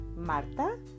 Marta